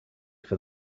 for